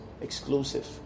exclusive